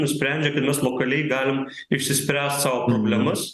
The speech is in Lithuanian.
nusprendžia kad mes lokaliai galim išsispręst savo problemas